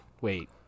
Wait